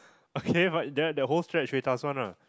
okay but there the whole stretch Ruida's one lah